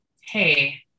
hey